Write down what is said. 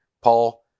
Paul